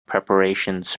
preparations